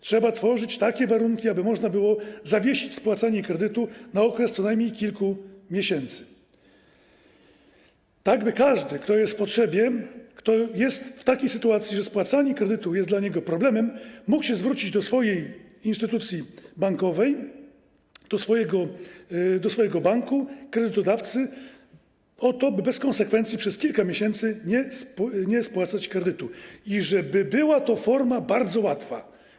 Trzeba tworzyć takie warunki, aby można było zawiesić spłacanie kredytu na okres co najmniej kilku miesięcy, tak by każdy, kto jest w potrzebie, kto jest w takiej sytuacji, że spłacanie kredytu jest dla niego problemem, mógł się zwrócić do swojej instytucji bankowej, do swojego banku, kredytodawcy o to, by bez konsekwencji przez kilka miesięcy nie spłacać kredytu i żeby była to forma bardzo łatwa.